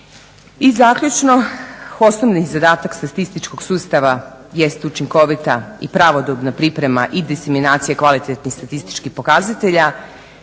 I zaključno, osnovni zadatak statističkog sustava jest učinkovita i pravodobna priprema i diseminacija kvalitetnih statističkih pokazatelja